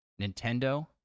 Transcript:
Nintendo